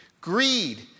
Greed